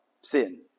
sin